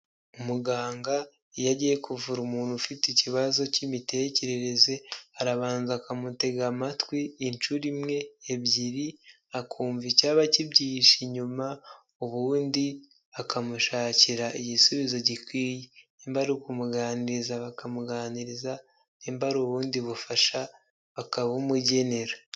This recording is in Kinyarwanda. Muganga iyo agiye kuvura umuntu ufite ikibazo cy'imitekerereze arabanza akamutega amatwi inshuro imwe ebyiri akumva icyaba kibyihishe inyuma, ubundi akamushakira igisubizo gikwiye, nimba ari ukumuganiriza bakamuganiriza, nimba ari ubundi bufasha bakabumugenera.